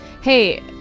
Hey